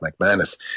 McManus